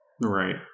Right